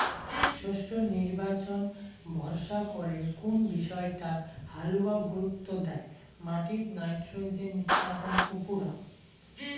শস্যর নির্বাচন ভরসা করে কুন বিষয়টাক হালুয়া গুরুত্ব দ্যায় মাটিত নাইট্রোজেন স্থাপন উপুরা